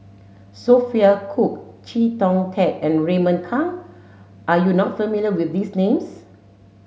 Sophia Cooke Chee Kong Tet and Raymond Kang are you not familiar with these names